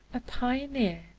a pioneer,